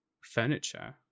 furniture